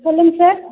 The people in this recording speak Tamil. சொல்லுங்கள் சார்